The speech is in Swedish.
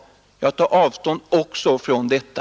Jag tar avstånd även från detta.